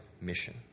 mission